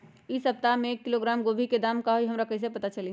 इ सप्ताह में एक किलोग्राम गोभी के दाम का हई हमरा कईसे पता चली?